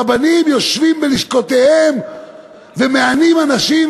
הרבנים יושבים בלשכותיהם ומענים אנשים,